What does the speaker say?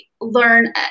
learn